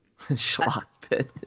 Schlockpit